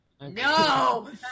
no